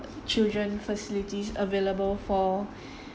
children facilities available for